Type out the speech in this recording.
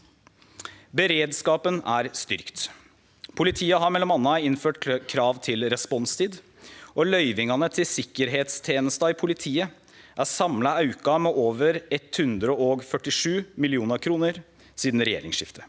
Beredskapen er styrkt. Politiet har m.a. innført krav til responstid, og løyvingane til sikkerheitstenesta i politiet er samla auka med over 147 mill. kr sidan regjeringsskiftet.